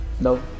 No